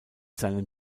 seinem